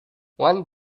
one